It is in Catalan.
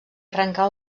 arrenca